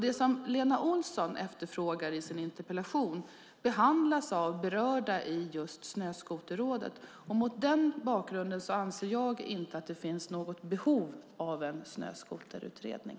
Det som Lena Olsson efterfrågar i sin interpellation behandlas av berörda i just Snöskoterrådet. Mot denna bakgrund anser jag att det inte finns något behov av en snöskoterutredning.